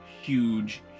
huge